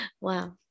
Wow